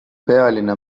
pealinna